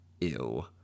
Ew